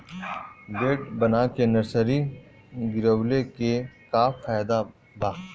Bed बना के nursery गिरवले के का फायदा बा?